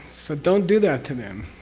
but don't do that to them.